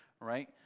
Right